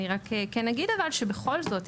אבל אני כן אגיד שבכל זאת,